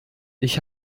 ich